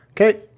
okay